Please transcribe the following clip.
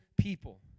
people